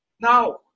Now